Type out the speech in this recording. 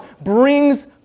brings